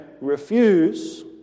refuse